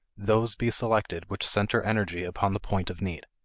those be selected which center energy upon the point of need.